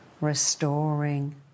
restoring